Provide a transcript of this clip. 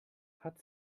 hat